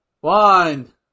One